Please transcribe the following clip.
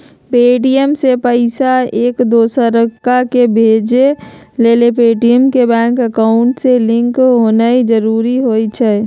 Paytm से पईसा एकदोसराकेँ भेजे लेल पेटीएम के बैंक अकांउट से लिंक होनाइ जरूरी होइ छइ